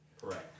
Correct